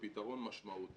צה"ל פיני בן מויאל תא"ל,